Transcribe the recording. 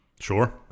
Sure